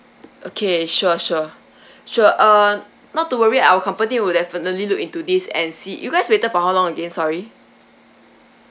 okay sure sure sure uh not to worry our company will definitely look into this and see you guys waited for how long again sorry